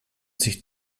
sich